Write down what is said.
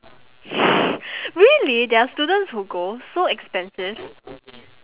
really there are students who go so expensive